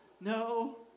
No